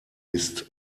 ist